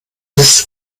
ist